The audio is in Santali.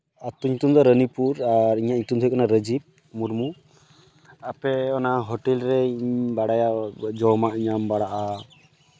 ᱟᱛᱳ ᱧᱩᱛᱩᱢ ᱫᱚ ᱨᱟᱹᱱᱤᱯᱩᱨ ᱟᱨ ᱤᱧᱟᱹᱜ ᱧᱩᱛᱩᱢ ᱫᱚ ᱦᱩᱭᱩᱜ ᱠᱟᱱᱟ ᱨᱟᱹᱡᱤᱵᱽ ᱢᱩᱨᱢᱩ ᱟᱯᱮ ᱚᱱᱟ ᱦᱳᱴᱮᱞ ᱨᱤᱧ ᱵᱟᱲᱟᱭᱟ ᱡᱚᱢᱟᱜ ᱧᱟᱢ ᱵᱟᱲᱟᱜᱼᱟ